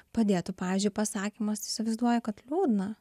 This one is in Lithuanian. padėtų pavyzdžiui pasakymas įsivaizduoju kad liūdna